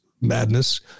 madness